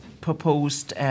proposed